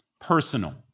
personal